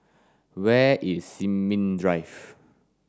where is Sin Ming Drive